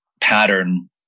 pattern